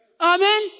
Amen